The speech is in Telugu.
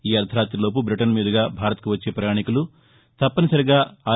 ఈ అర్దరాతిలోపు బ్రీటన్ మీదుగా భారత్కు వచ్చే ప్రయాణీకులు తప్పనిసరిగా ఆర్